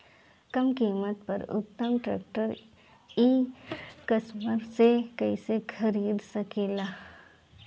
कम कीमत पर उत्तम ट्रैक्टर ई कॉमर्स से कइसे खरीद सकिले?